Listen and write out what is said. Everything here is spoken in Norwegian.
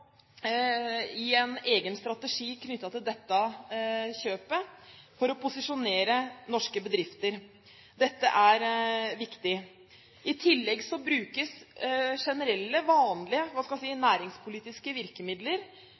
og en egen strategi knyttet til dette kjøpet for å posisjonere norske bedrifter. Dette er viktig. I tillegg brukes generelle, vanlige næringspolitiske virkemidler